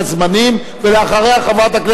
תושב.